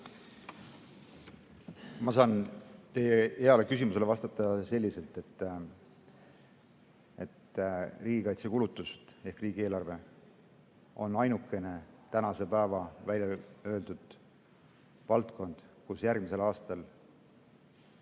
Ma saan teie heale küsimusele vastata selliselt, et riigikaitsekulutused on ainukene tänasel päeval välja öeldud valdkond, kus järgmisel aastal